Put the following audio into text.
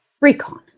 Recon